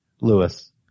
Lewis